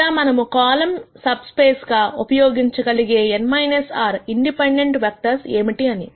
లేదా మనము column sub space గా ఉపయోగించగలిగే n r ఇండిపెండెంట్ వెక్టర్స్ ఏమిటి అని